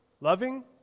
loving